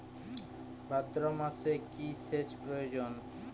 ভাদ্রমাসে কি সেচ প্রয়োজন?